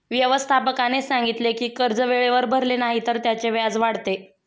व्यवस्थापकाने सांगितले की कर्ज वेळेवर भरले नाही तर त्याचे व्याज वाढते